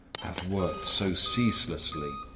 have worked so ceaselessly,